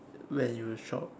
when you shop